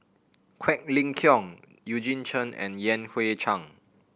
Quek Ling Kiong Eugene Chen and Yan Hui Chang